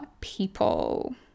people